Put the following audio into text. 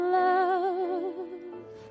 love